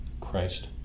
Christ